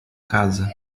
casa